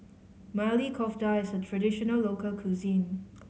Maili Kofta is a traditional local cuisine